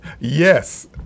Yes